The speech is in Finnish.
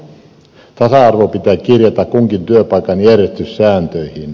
tasa arvo pitää kirjata kunkin työpaikan järjestyssääntöihin